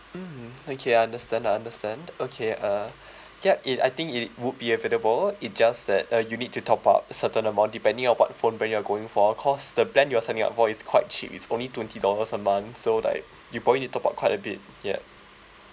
mm okay I understand I understand okay uh yup it I think it would be available it just that uh you need to top up certain amount depending on what phone brand you are going for cause the plan you are signing up for is quite cheap it's only twenty dollars a month so like you probably need to top up quite a bit ya